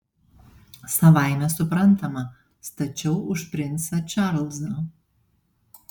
savaime suprantama stačiau už princą čarlzą